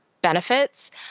benefits